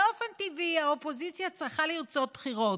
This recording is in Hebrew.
באופן טבעי, האופוזיציה צריכה לרצות בחירות.